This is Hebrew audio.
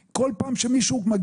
קודם כול מטרת שלהם זה מניעת פח"ע,